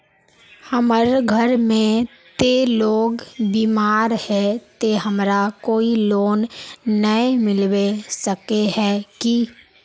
हमर घर में ते लोग बीमार है ते हमरा कोई लोन नय मिलबे सके है की?